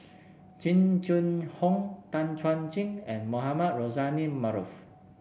Jing Jun Hong Tan Chuan Jin and Mohamed Rozani Maarof